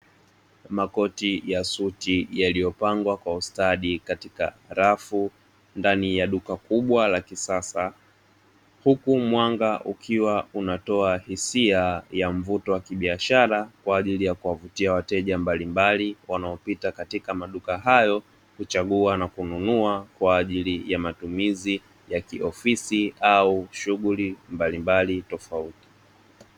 Makoti ya suti yaliyopangwa kwa ustadi katika rafu ndani ya duka kubwa la kisasa, huku mwanga ukiwa unatoa hisia ya mvuto wa kibiashara kwa ajili ya kuwavutia wateja mbalimbali wanaopita katika maduka hayo, kuchagua na kununua, kwa ajili ya matumizi ya kiofisi au shughuli mbalimbali tofauti.